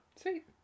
sweet